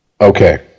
okay